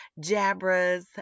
Jabras